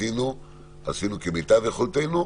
עשינו כמיטב יכולתנו.